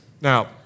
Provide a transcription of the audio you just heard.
Now